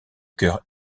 cœur